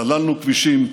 סללנו כבישים,